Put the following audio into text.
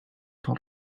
told